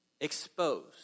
exposed